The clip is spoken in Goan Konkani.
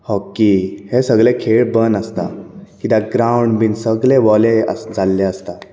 हॉकी हे सगळे खेळ बंद आसता कित्याक ग्रावंड बी सगळे ओले जाल्ले आसता